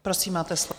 Prosím, máte slovo.